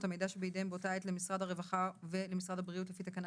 המידע שבידיהם באותה עת למשרד הרווחה ולמשרד הבריאות לפי תקנה